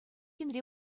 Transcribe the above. енре